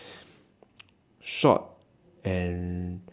short and